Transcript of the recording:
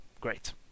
great